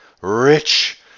rich